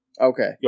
Okay